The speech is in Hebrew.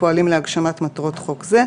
הפועלים להגשמת מטרות חוק זה,